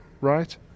right